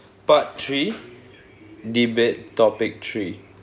part three debate topic tree